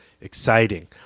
exciting